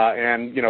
and, you know,